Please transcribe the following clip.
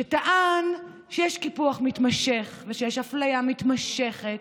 שטען שיש קיפוח מתמשך ושיש אפליה מתמשכת,